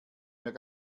mehr